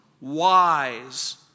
wise